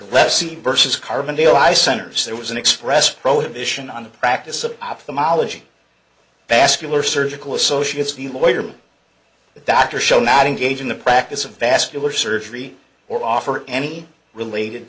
lesson versus carbondale i centers there was an express prohibition on the practice of ophthalmology bascule or surgical associates the lawyer doctor show not engage in the practice of vascular surgery or offer any related